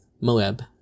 Moab